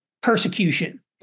persecution